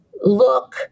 look